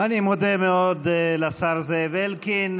אני מודה מאוד לשר זאב אלקין.